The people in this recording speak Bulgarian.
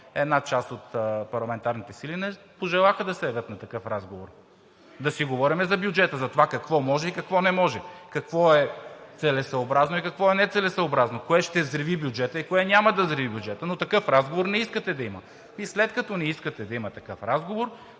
една част от парламентарните сили не пожелаха да се явят на такъв разговор – да си говорим за бюджета, какво може и какво не може, какво е целесъобразно и какво е нецелесъобразно, кое ще взриви бюджета и кое няма да взриви бюджета, но такъв разговор не искате да има! След като не искате да има такъв разговор,